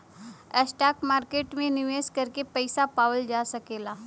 stock market में निवेश करके पइसा पावल जा सकला